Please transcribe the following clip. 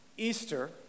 Easter